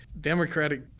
democratic